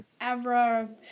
avra